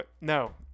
no